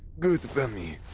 good for me.